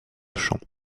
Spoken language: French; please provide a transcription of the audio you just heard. chant